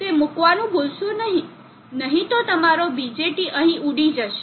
તે મૂકવાનું ભૂલશો નહીં નહીં તો તમારો BJT અહીં ઉડી જશે